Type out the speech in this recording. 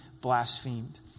blasphemed